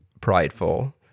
prideful